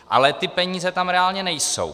Ale ty peníze tam reálně nejsou.